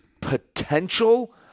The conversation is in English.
potential